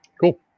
Cool